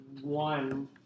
one